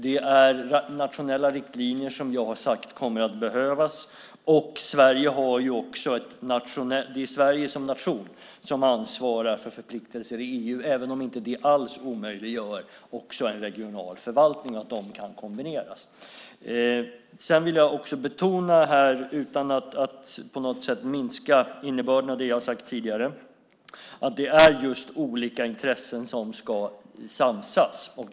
Det är nationella riktlinjer som jag har sagt kommer att behövas. Sverige har också som nation ett ansvar och förpliktelser i EU även om det inte alls omöjliggör också en regional förvaltning, utan det kan kombineras. Jag vill här utan att på något sätt minska innebörden av det jag sagt tidigare betona att det är olika intressen som ska samsas.